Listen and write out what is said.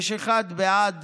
יש אחד בעד